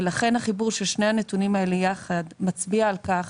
החיבור של שני הנתונים האלה יחד מצביע על כך